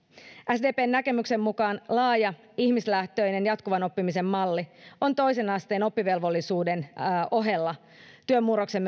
sdpn näkemyksen mukaan laaja ihmislähtöinen jatkuvan oppimisen malli on toisen asteen oppivelvollisuuden ohella työn murroksen